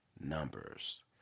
numbers